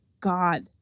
God